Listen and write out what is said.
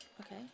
Okay